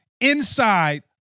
inside